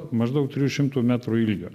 maždaug trijų šimtų metrų ilgio